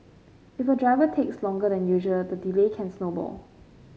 if a driver takes longer than usual the delay can snowball